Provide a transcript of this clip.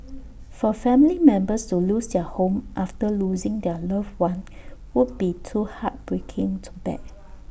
for family members to lose their home after losing their loved one would be too heartbreaking to bear